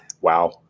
Wow